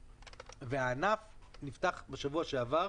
הענף נפתח בשבוע שעבר